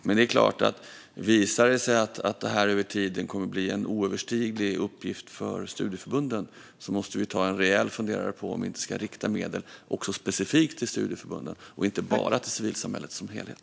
Men om det visar sig att detta med tiden blir en oöverstiglig uppgift för studieförbunden är det klart att vi måste ta en rejäl funderare på om vi inte ska rikta medel också specifikt till studieförbunden och inte bara till civilsamhället som helhet.